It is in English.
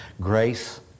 Grace